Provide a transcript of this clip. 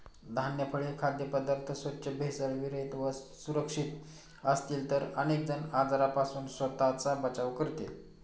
धान्य, फळे, खाद्यपदार्थ स्वच्छ, भेसळविरहित व सुरक्षित असतील तर अनेक जण आजारांपासून स्वतःचा बचाव करतील